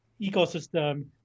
ecosystem